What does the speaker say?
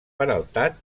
peraltat